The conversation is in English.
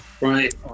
Right